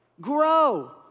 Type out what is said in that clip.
grow